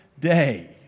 day